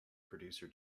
producer